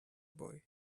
boy